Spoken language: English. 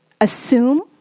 assume